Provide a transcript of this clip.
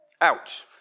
Ouch